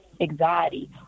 anxiety